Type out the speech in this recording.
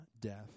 death